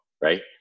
right